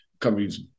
companies